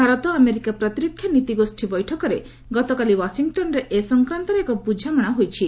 Bharat America ପ୍ରତିରକ୍ଷା ନୀତି ଗୋଷ୍ଠୀ ବୈଠକରେ ଗତକାଲି ଓ୍ୱାଶିଂଟନ୍ରେ ଏ ସଂକ୍ରାନ୍ତରେ ଏକ ବୁଝାମଣା ହୋଇଛି